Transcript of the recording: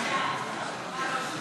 נתקבלו.